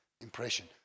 impression